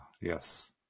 yes